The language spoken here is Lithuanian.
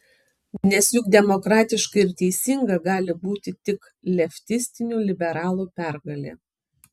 nes juk demokratiška ir teisinga gali būti tik leftistinių liberalų pergalė